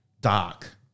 dark